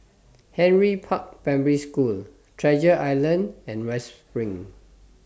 Henry Park Primary School Treasure Island and West SPRING